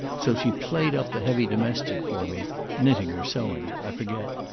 so she played up the heavy domestic for me knitting or sewing, i forget.